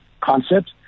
concept